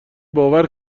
باور